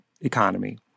economy